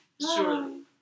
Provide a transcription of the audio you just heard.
Surely